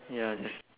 ya just